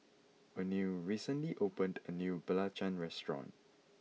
Oneal recently opened a new Belacan restaurant